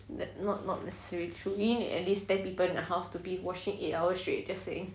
not not necessarily true you need at least ten people in the house to be washing for eight hours straight just saying